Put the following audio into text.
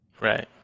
Right